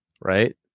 right